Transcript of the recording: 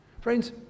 friends